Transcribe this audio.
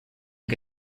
que